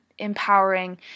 empowering